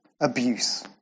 abuse